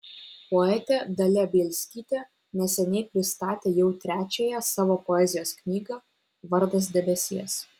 poetė dalia bielskytė neseniai pristatė jau trečiąją savo poezijos knygą vardas debesies